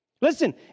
Listen